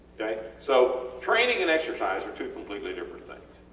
okay so training and exercise are two completely different things.